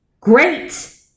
Great